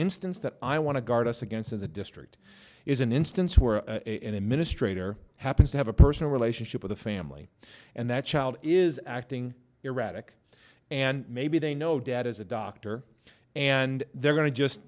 instance that i i want to guard us against as a district is an instance where a an administrator happens to have a personal relationship with a family and that child is acting erratic and maybe they know dad is a doctor and they're going to just